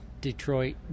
Detroit